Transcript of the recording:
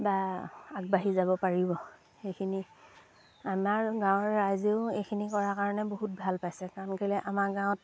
বা আগবাঢ়ি যাব পাৰিব সেইখিনি আমাৰ গাঁৱৰ ৰাইজেও এইখিনি কৰা কাৰণে বহুত ভাল পাইছে কাৰণ কেলেই আমাৰ গাঁৱত